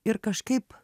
ir kažkaip